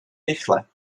rychle